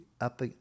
up